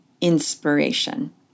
inspiration